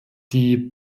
die